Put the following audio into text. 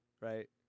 right